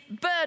bird